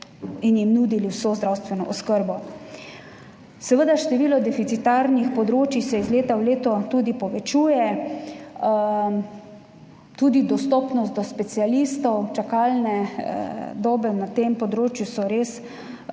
in ji nudili vso zdravstveno oskrbo. Seveda se število deficitarnih področij iz leta v leto tudi povečuje, tudi dostopnost do specialistov, čakalne dobe na tem področju so res res